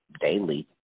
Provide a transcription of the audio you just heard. daily